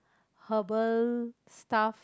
herbal stuff